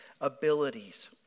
abilities